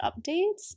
updates